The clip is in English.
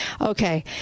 Okay